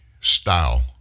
style